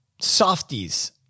softies